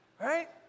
Right